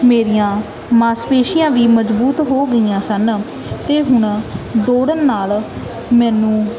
ਮੇਰੀਆਂ ਮਾਸਪੇਸ਼ੀਆਂ ਵੀ ਮਜ਼ਬੂਤ ਹੋ ਗਈਆਂ ਸਨ ਅਤੇ ਹੁਣ ਦੌੜਨ ਨਾਲ ਮੈਨੂੰ